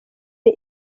the